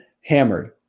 hammered